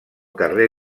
carrer